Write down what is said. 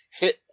hit